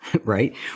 right